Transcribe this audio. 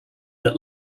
that